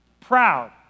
proud